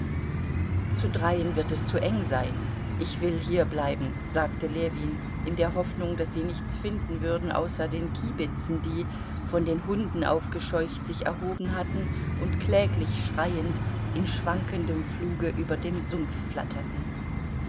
zu dreien wird es zu eng sein ich will hierbleiben sagte ljewin in der hoffnung daß sie nichts finden würden außer den kiebitzen die von den hunden aufgescheucht sich erhoben hatten und kläglich schreiend in schwankendem fluge über dem sumpf flatterten